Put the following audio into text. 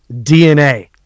dna